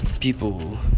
people